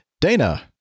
Dana